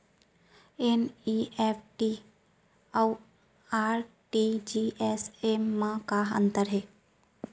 NEFT अऊ RTGS मा का अंतर हे?